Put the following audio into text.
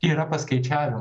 tai yra paskaičiavimai